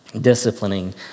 Disciplining